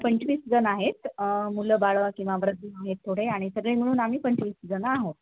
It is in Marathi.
पंचवीसजण आहेत मुलंबाळं किंवा किंवा वृद्ध आहेत थोडे आणि सगळे म्हणून आम्ही पंचवीसजण आहोत